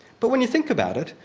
but when you think about it,